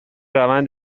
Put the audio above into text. روند